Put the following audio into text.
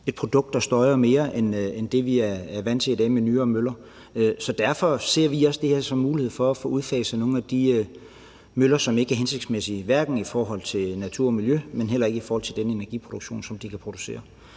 et produkt, der støjer mere end det, vi er vant til i dag, med nyere møller. Så derfor ser vi også det her som en mulighed for at få udfaset nogle af de møller, som ikke er hensigtsmæssige, hverken i forhold til natur og miljø eller i forhold til den energi, som de kan producere.